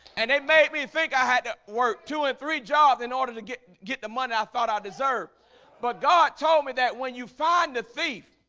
and they made me think i had to work two and three jobs in order to get get the money i thought i deserve but god told me that when you find the thief